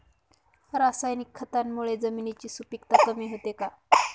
रासायनिक खतांमुळे जमिनीची सुपिकता कमी होते का?